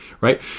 right